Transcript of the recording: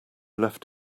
left